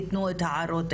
יתנו את הערותיהם,